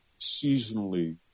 seasonally